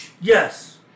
Yes